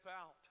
out